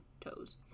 toes